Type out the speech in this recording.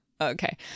Okay